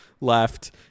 left